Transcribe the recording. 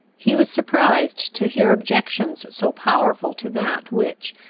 he was surprised to hear objections so powerful to that which,